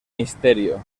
misterio